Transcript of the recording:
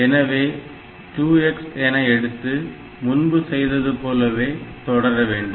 எனவே 2x என எடுத்து முன்பு செய்த முறை போலவே தொடர வேண்டும்